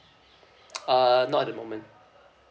uh not at the moment